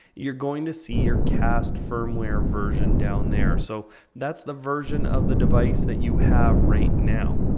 you're going to see your cast firmware version down there, so that's the version of the device that you have right now.